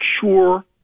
sure